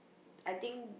I think